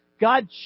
God